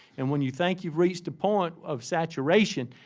and when you think you've reached the point of saturation,